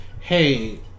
hey